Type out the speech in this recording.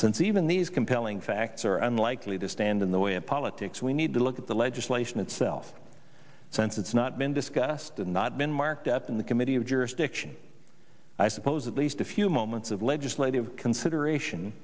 since even these compelling facts are unlikely to stand in the way of politics we need to look at the legislation itself since it's not been discussed and not been marked up in the committee of jurisdiction i suppose at least a few moments of legislative consideration